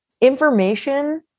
information